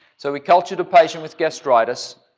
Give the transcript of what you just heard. so we cultured a patient with gastritis.